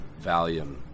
Valium